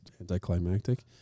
anticlimactic